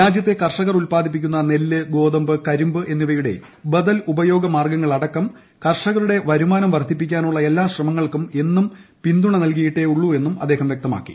രാജ്യത്ത്ക് കർഷകർ ഉത്പാദിപ്പിക്കുന്ന നെല്ല് ഗോതമ്പ് കരിമ്പ് എന്നിവയുടെ ബദൽ ഉപയോഗ മാർഗങ്ങൾ അടക്കം കർഷകരുടെ വരുമാനം വർദ്ധിപ്പിക്കാനുള്ള എല്ലാ ശ്രമങ്ങൾക്കും എന്നും പിന്തുണ നല്കിയിട്ടേ ഉള്ളൂ എന്നും അദ്ദേഹം വ്യക്തമാക്കി